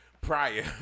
Prior